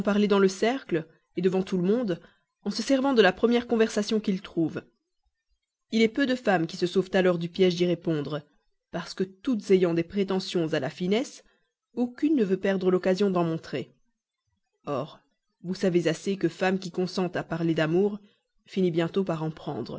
dans le cercle devant tout le monde en se servant de la première conversation qu'il trouve il est peu de femmes qui se sauvent alors du piège d'y répondre parce que toutes ayant des prétentions à la finesse aucune ne veut perdre l'occasion d'en montrer or vous savez assez que femme qui consent à parler d'amour finit bientôt par en prendre